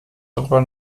darüber